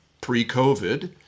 pre-COVID